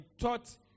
taught